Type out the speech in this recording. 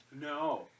No